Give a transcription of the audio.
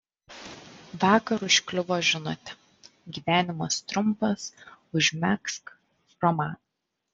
vakar užkliuvo žinutė gyvenimas trumpas užmegzk romaną